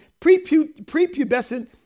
prepubescent